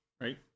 right